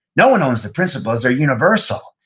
no one owns the principles. they're universal.